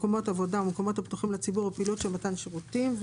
מקומות עבודה ומקומות הפתוחים לציבור בפעילות של מתן שירותים.